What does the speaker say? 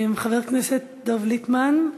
חבר הכנסת דב ליפמן,